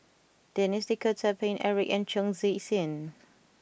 Denis D'Cotta Paine Eric and Chong Tze Chien